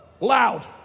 Loud